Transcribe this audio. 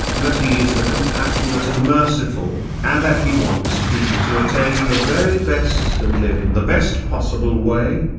that he is the compassionate and merciful, and that he wants people to attain the very best and live in the best possible way?